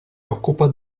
occupa